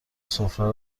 سفره